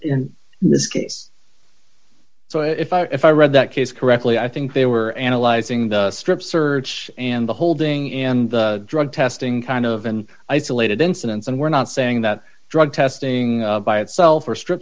in this case so if i if i read that case correctly i think they were analyzing the strip search and the holding in the drug testing kind of an isolated incidents and we're not saying that drug testing by itself or strip